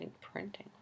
printing